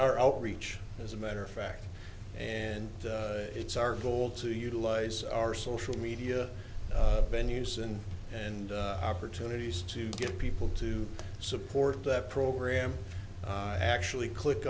our outreach as a matter of fact and it's our goal to utilize our social media venues and and opportunities to get people to support the program actually click